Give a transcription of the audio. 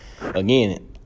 again